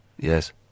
Yes